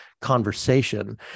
conversation